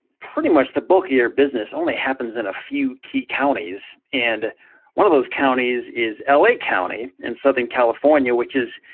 pretty much, the bulk of your business only happens in a few key counties, and one of those counties is la county, in southern california, which is,